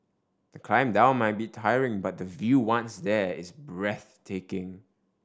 the climb down may be tiring but the view once there is breathtaking